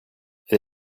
elle